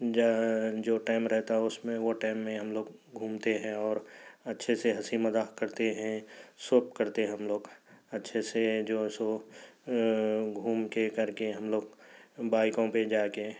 جو ٹائم رہتا ہے اس میں وہ ٹائم میں ہم لوگ گھومتے ہیں اور اچھے سے ہنسی مذاق کرتے ہیں سب کرتے ہیں ہم لوگ اچھے سے جو سو گھوم کے کر کے ہم لوگ بائکوں پہ جا کے